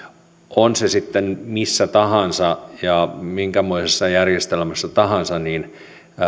on se sitten missä tahansa ja minkämoisessa järjestelmässä tahansa